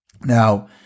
Now